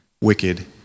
wicked